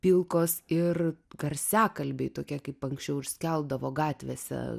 pilkos ir garsiakalbiai tokia kaip anksčiau ir skeldavo gatvėse